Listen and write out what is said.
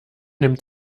nimmt